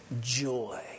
joy